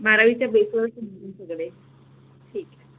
बारावीच्या बेसवर सगळे ठीक आहे